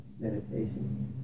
meditation